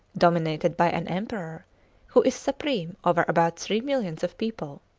dominated by an emperor who is supreme over about three millions of people.